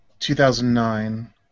2009